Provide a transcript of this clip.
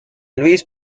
luis